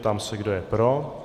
Ptám se, kdo je pro.